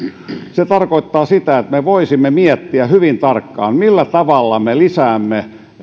se tarkoittaa sitä että me voisimme miettiä hyvin tarkkaan millä tavalla me lisäämme